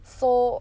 so